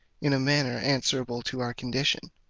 in a manner answerable to our condition.